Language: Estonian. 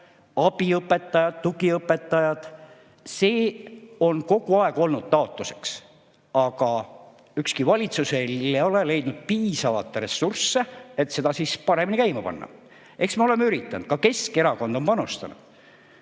abiõpetajaid, tugiõpetajaid. See on kogu aeg olnud taotlus, aga ükski valitsus ei ole leidnud piisavalt ressursse, et seda paremini käima panna. Eks me oleme üritanud, ka Keskerakond on panustanud.